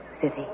city